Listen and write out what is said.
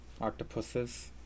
octopuses